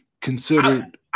considered